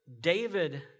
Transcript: David